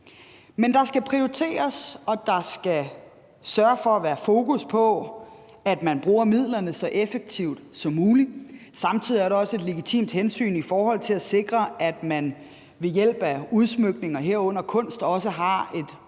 Men der skal prioriteres, og man skal sørge for at have fokus på, at man bruger midlerne så effektivt som muligt. Samtidig er der også et legitimt hensyn i forhold til at sikre, at man ved hjælp af udsmykning, herunder kunst, også har en opgave